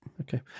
Okay